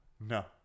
No